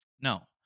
No